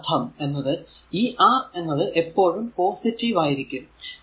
അതിന്റെ അർഥം എന്നത് ഈ R എന്നത് എപ്പോഴും പോസിറ്റീവ് ആയിരിക്കും